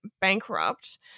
bankrupt